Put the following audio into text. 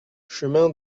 chemin